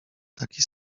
taki